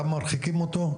גם מרחיקים אותו,